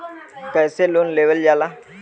कैसे लोन लेवल जाला?